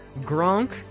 Gronk